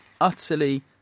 utterly